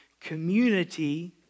community